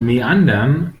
meandern